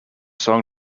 song